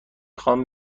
خوام